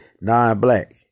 non-black